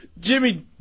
Jimmy